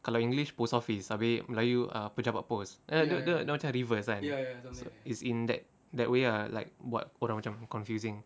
kalau english post office abeh melayu pejabat post dia dia dia macam reverse ah it's in that that way ah like buat orang macam confusing